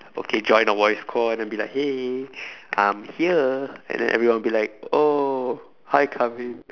okay join a voice call and then I'll like hey I'm here and then everyone will be like oh hi